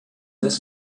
this